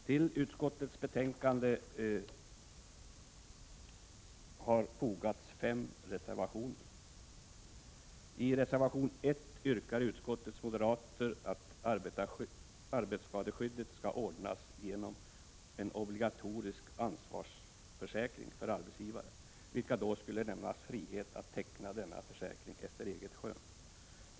Till utskottets betänkande har fogats fem reservationer. I reservation nr 1 yrkar utskottets moderater att arbetsskadeskyddet skall ordnas genom en obligatorisk ansvarsförsäkring för arbetsgivare, vilka då skulle lämnas frihet att teckna denna försäkring efter eget skön.